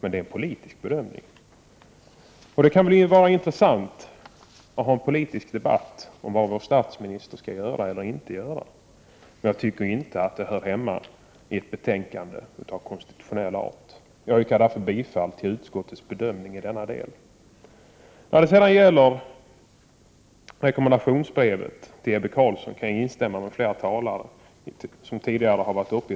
Det kan kanske vara intressant att ha en politisk debatt om vad vår statsminister skall göra eller inte göra, men jag tycker inte att den frågan hör hemma i ett betänkande av konstitutionell art. Jag yrkar därför bifall till utskottets bedömning i denna del. I fråga om rekommendationsbrevet till Ebbe Carlsson kan jag instämma med flera tidigare talare.